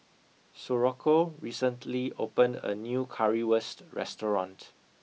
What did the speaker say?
Socorro recently opened a new curry wurst restaurant